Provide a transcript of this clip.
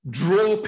draw